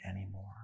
anymore